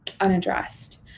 unaddressed